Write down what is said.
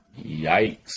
Yikes